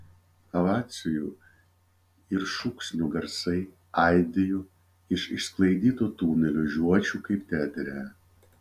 ovacijų ir šūksnių garsai aidėjo iš išsklaidytų tunelių žiočių kaip teatre